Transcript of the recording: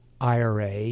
IRA